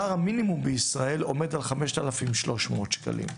שכר המינימום בישראל עומד על סך של 5,300 ₪.